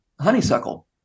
honeysuckle